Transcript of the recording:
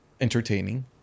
entertaining